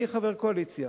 אני חבר קואליציה.